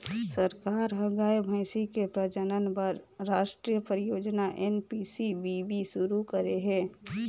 सरकार ह गाय, भइसी के प्रजनन बर रास्टीय परियोजना एन.पी.सी.बी.बी सुरू करे हे